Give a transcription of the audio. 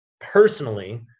personally